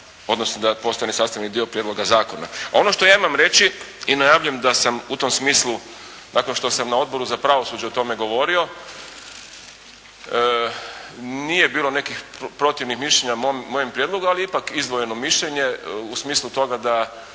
odnosno da postane sastavni dio prijedloga zakona. A ono što ja imam reći i najavljujem da sam u tom smislu nakon što sam na Odboru za pravosuđe o tome govorio nije bilo nekih protivnih mišljenja mojem prijedlogu, ali je ipak izdvojeno mišljenje u smislu toga da